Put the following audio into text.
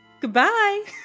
goodbye